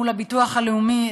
המוסד לביטוח לאומי,